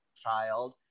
child